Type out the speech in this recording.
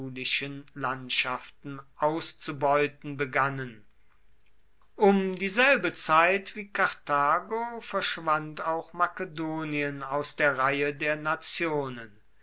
landschaften auszubeuten begannen um dieselbe zeit wie karthago verschwand auch makedonien aus der reihe der nationen